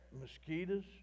mosquitoes